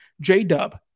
J-Dub